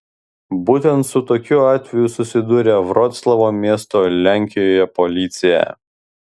būtent su tokiu atveju susidūrė vroclavo miesto lenkijoje policija